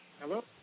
Hello